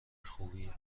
خوبی